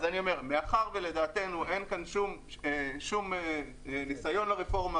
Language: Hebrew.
מאחר שלדעתנו אין כאן שום ניסיון לרפורמה